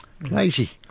Lazy